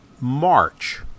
March